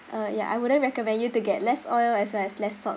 uh ya I wouldn't recommend you to get less oil as well as less salt